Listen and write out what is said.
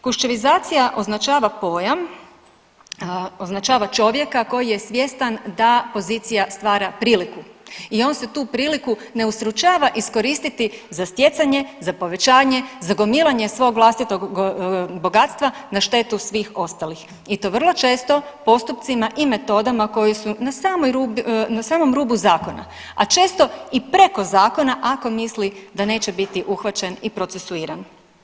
Kuščevizacija označava pojam, označava čovjeka koji je svjestan da pozicija stvara priliku i on se tu priliku ne ustručava iskoristiti za stjecanje, za povećanje, za gomilanje svog vlastitog bogatstva na štetu svih ostalih i to vrlo često postupcima i metodama koje su na samom rubu zakona a često i preko zakona ako misli da neće biti uhvaćen i procesuiran.